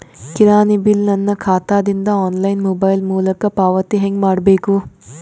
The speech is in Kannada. ಕಿರಾಣಿ ಬಿಲ್ ನನ್ನ ಖಾತಾ ದಿಂದ ಆನ್ಲೈನ್ ಮೊಬೈಲ್ ಮೊಲಕ ಪಾವತಿ ಹೆಂಗ್ ಮಾಡಬೇಕು?